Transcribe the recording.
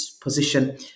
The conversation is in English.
position